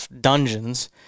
dungeons